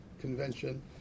Convention